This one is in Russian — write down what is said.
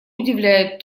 удивляет